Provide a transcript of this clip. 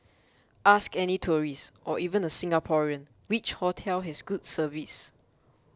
ask any tourist or even a Singaporean which hotel has good service